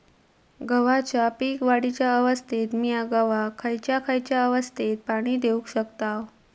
गव्हाच्या पीक वाढीच्या अवस्थेत मिया गव्हाक खैयचा खैयचा अवस्थेत पाणी देउक शकताव?